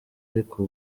ariko